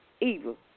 evil